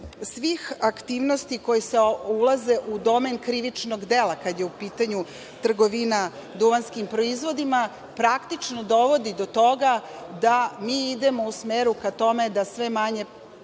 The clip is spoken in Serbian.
svih aktivnosti koje ulaze u domen krivičnog dela, kada je u pitanju trgovina duvanskim proizvodima, praktično dovodi do toga da mi idemo u smeru ka tome da sve manje